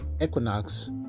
equinox